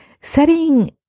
Setting